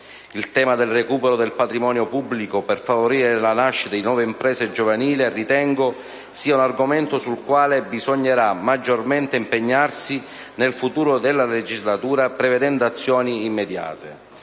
Il tema del recupero del patrimonio pubblico per favorire la nascita di nuove imprese giovanili ritengo sia un argomento sul quale bisognerà maggiormente impegnarsi nel futuro della legislatura prevedendo azioni immediate.